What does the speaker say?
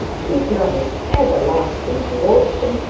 he promised everlasting devotion,